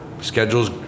schedule's